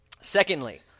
Secondly